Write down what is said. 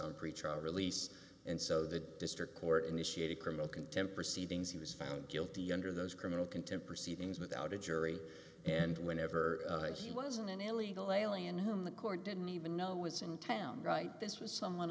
pretrial release and so the district court initiated criminal contempt proceedings he was found guilty under those criminal contempt proceedings without a jury and whenever he was an illegal alien whom the court didn't even know was in town right this was someone